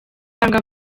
usanga